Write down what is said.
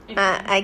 itu